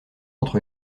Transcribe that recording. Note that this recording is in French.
entre